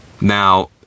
Now